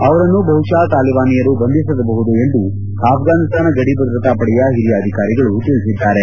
ಅವರನ್ನು ಬಹುಶಃ ತಾಲಿಬಾನಿಯರು ಬಂಧಿಸಿರಬಹುದು ಎಂದು ಆಫ್ರಾನಿಸ್ತಾನ ಗಡಿ ಭದ್ರತಾ ಪಡೆಯ ಹಿರಿಯ ಅಧಿಕಾರಿಗಳು ತಿಳಿಸಿದ್ದಾರೆ